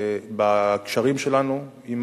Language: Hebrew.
בקשרים שלנו עם